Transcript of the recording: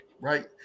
right